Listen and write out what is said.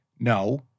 No